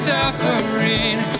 suffering